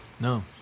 No